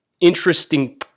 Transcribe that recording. interesting